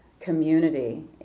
community